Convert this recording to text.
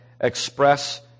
Express